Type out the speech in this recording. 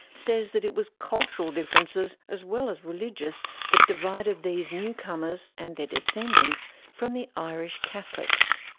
says that it was cultural differences, as well as religious, that divided these newcomers and their descendants from the irish catholics.